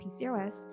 PCOS